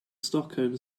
stockholm